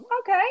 okay